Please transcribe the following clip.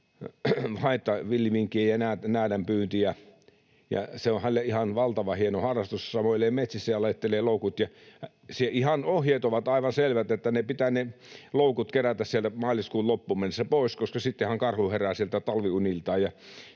haittavilliminkkien ja näädän pyyntiä, ja se on hänelle ihan valtavan hieno harrastus: samoilee metsissä ja laittelee loukut. Ohjeet ovat aivan selvät, että pitää ne loukut kerätä sieltä maaliskuun loppuun mennessä pois, koska sittenhän karhu herää sieltä talviuniltaan